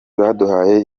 baduhaye